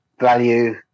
value